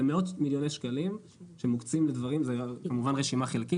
זה מאות מיליוני שקלים שמוקצים זו כמובן רשימה חלקית